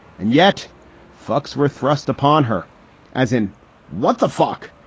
and yet fucks were thrust upon her as in what the fuck?